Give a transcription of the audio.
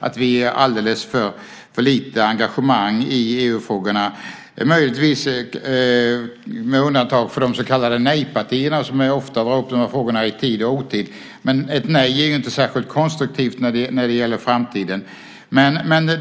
Vi visar alldeles för lite engagemang i EU-frågorna - möjligtvis med undantag för de så kallade nej-partierna, som ofta tar upp de här frågorna i tid och otid. Men ett nej är inte särskilt konstruktivt när det gäller framtiden. Det